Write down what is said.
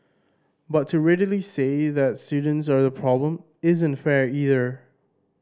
but to readily say that students are the problem isn't fair either